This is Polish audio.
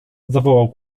zawołał